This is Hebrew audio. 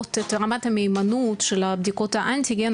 להעלות את רמת המהימנות של בדיקות האנטיגן,